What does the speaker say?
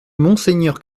monseigneur